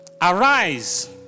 Arise